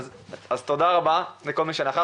תודה רבה לכל מי שנכח,